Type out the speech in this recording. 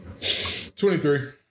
23